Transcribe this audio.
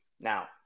Now